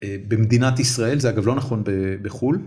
במדינת ישראל זה אגב לא נכון בחו"ל.